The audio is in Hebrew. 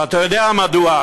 ואתה יודע מדוע?